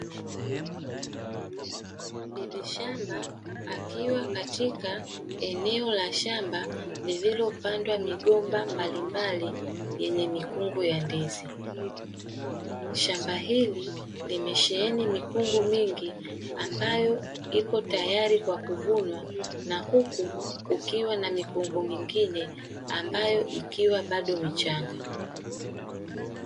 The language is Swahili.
Bibishamba akiwa katika eneo la shamba lililopandwa migomba mbalimbali; yenye mikungu ya ndizi. Shamba hili limesheheni mikungu mingi ambayo ipo tayari kwa kuvunwa na huku kukiwa na mikungu mingine ambayo ikiwa bado michanga.